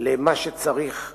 למה שצריכות